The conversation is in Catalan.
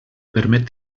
permet